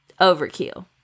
Overkill